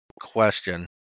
question